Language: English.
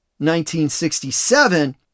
1967